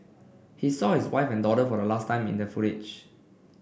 he saw his wife and daughter for a last time in the footage